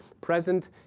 present